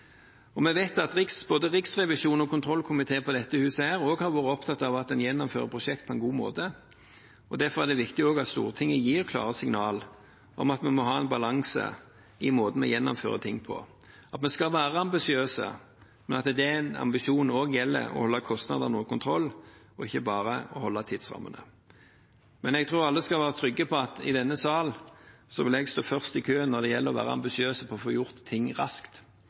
løsningene. Vi vet at både Riksrevisjonen og kontrollkomiteen på dette huset også har vært opptatt av at en gjennomfører prosjekt på en god måte, og derfor er det også viktig at Stortinget gir klare signal om at vi må ha en balanse i måten vi gjennomfører ting på, at vi skal være ambisiøse, men at med den ambisjonen gjelder det også å holde kostnadene under kontroll, ikke bare å holde tidsrammene. Jeg tror alle skal være trygge på at i denne sal vil jeg stå først i køen når det gjelder å være ambisiøs på å få gjort ting raskt,